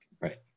right